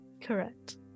Correct